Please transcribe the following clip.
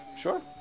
Sure